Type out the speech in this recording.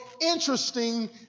interesting